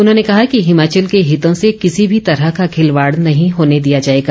उन्होंने कहा कि हिमाचल के हितों से किसी भी तरह का खिलवाड़ नहीं होने दिया जाएगा